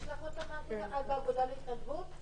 את מהאגודה להתנדבות?